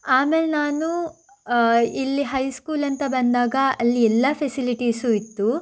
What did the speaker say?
ಆಮೇಲೆ ನಾನು ಇಲ್ಲಿ ಹೈಸ್ಕೂಲ್ ಅಂತ ಬಂದಾಗ ಅಲ್ಲಿ ಎಲ್ಲ ಫೆಸಿಲಿಟೀಸು ಇತ್ತು